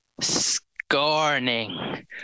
Scorning